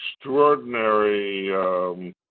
extraordinary